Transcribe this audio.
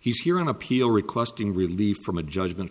he's here on appeal requesting relief from a judgment